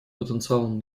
потенциалом